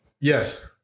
Yes